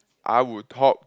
I would talk